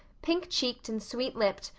pink cheeked and sweet lipped,